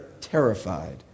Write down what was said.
terrified